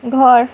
ঘৰ